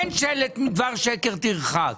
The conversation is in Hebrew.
אין שלט 'מדבר שקר תרחק',